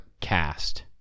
cast